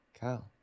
kyle